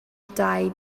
dau